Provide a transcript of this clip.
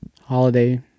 holiday